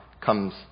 comes